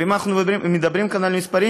ואם אנחנו מדברים כאן על מספרים,